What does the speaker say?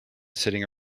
sitting